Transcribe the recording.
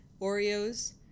Oreos